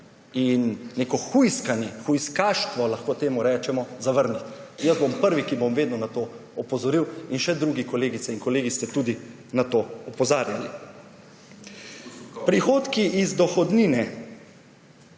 hujskaštvo, lahko temu rečemo, zavrniti. Jaz bom prvi, ki bom vedno na to opozoril in še drugi kolegice in kolegi ste tudi na to opozarjali. Prihodki iz dohodnine